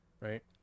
right